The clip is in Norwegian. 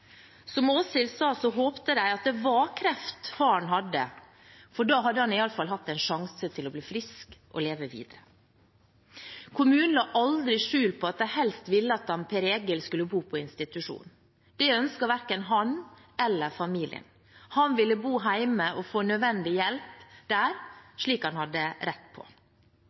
Som Åshild sa, håpte de at det var kreft faren hadde, for da hadde han i alle fall hatt en sjanse til å bli frisk og leve videre. Kommunen la aldri skjul på at de helst ville at Per Egil skulle bo på institusjon. Det ønsket verken han eller familien. Han ville bo hjemme og få nødvendig hjelp der, slik han hadde rett på.